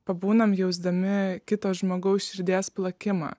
pabūnam jausdami kito žmogaus širdies plakimą